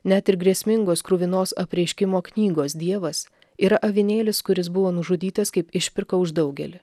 net ir grėsmingos kruvinos apreiškimo knygos dievas yra avinėlis kuris buvo nužudytas kaip išpirka už daugelį